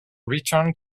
returned